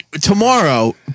tomorrow